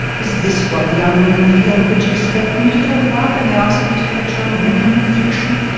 is this what the young women of cambridge expect me to talk about when they ask me to lecture on women and fiction?